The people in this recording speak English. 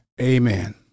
Amen